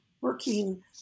working